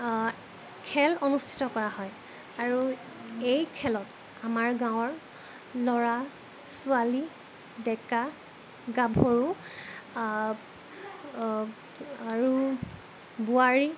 খেল অনুষ্ঠিত কৰা হয় আৰু এই খেলত আমাৰ গাঁৱৰ ল'ৰা ছোৱালী ডেকা গাভৰু আৰু বোৱাৰী